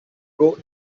grow